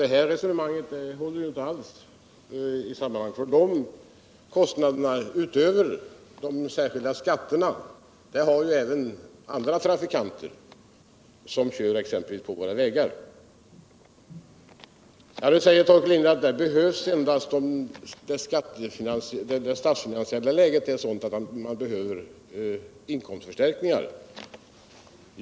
Det resonemanget håller alltså inte! Dessa kostnader, utöver de särskilda skatterna, har även andra trafikanter som kör exempelvis på våra vägar. Torkel Lindahl säger att den här skatten endast behövs om det statsfinansiella läget är sådant att staten behöver inkomstförstärkningar.